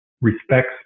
respects